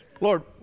Lord